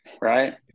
right